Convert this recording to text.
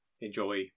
Enjoy